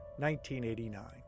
1989